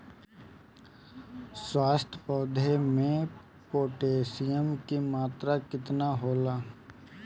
स्वस्थ पौधा मे पोटासियम कि मात्रा कितना होला?